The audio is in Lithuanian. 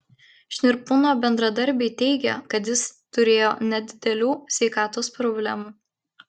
šnirpūno bendradarbiai teigė kad jis turėjo nedidelių sveikatos problemų